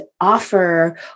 offer